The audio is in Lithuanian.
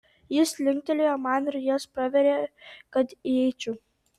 jis linktelėjo man ir jas pravėrė kad įeičiau